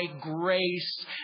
grace